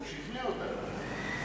הוא שכנע אותנו.